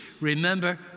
Remember